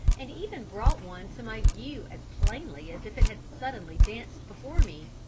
and even brought one to my view as plainly as if it had suddenly danced before me,